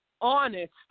honest